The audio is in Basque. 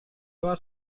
bat